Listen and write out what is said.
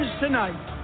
tonight